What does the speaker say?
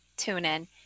TuneIn